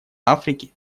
африке